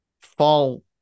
fall